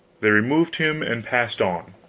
they removed him and passed on.